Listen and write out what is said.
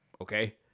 okay